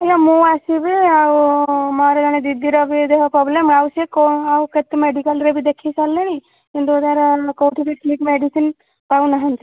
ଆଜ୍ଞା ମୁଁ ଆସିବି ଆଉ ମୋର ଜଣେ ଦିଦିର ବି ଦେହ ପ୍ରୋବ୍ଲେମ୍ ମୁଁ ଆଉ ସେ କଣ ଆଉ କେତେ ମେଡ଼ିକାଲରେ ବି ଦେଖିଇ ସାରିଲେଣି କିନ୍ତୁ ତା ର କେଉଁଠି ବି ଠିକ୍ ମେଡ଼ିସିନ୍ ପାଉନାହାନ୍ତି